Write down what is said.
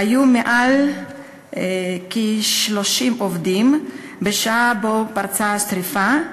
היו יותר מ-30 עובדים בשעה שבה פרצה השרפה,